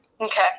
Okay